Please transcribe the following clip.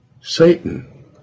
Satan